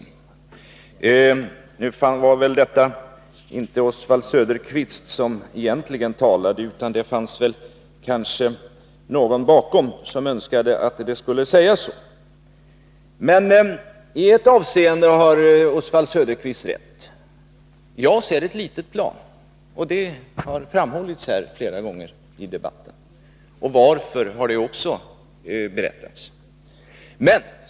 Men det var väl inte bara Oswald Söderqvist som talade. Det fanns väl någon i bakgrunden som önskade att det skulle sägas så. IT ett avseende har Oswald Söderqvist rätt. JAS är ett litet plan. Det har framhållits här i debatten flera gånger, och det har också förklarats varför.